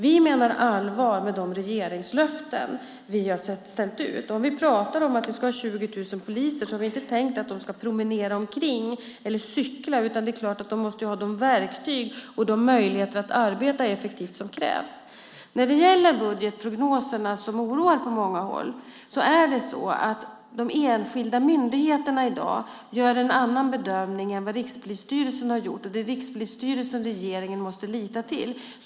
Vi menar allvar med de regeringslöften vi har ställt ut. När vi pratar om att det ska vara 20 000 poliser har vi inte tänkt att de ska promenera omkring eller cykla, utan det är klart att de måste ha de verktyg och möjligheter att arbeta effektivt som krävs. När det gäller budgetprognoserna, som oroar på många håll, är det så att de enskilda myndigheterna i dag gör en annan bedömning än vad Rikspolisstyrelsen har gjort, och det är Rikspolisstyrelsen regeringen måste lita till.